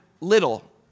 little